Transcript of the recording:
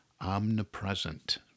omnipresent